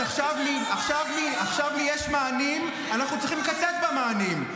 אז עכשיו מ"יש מענים" "אנחנו צריכים לקצץ במענים".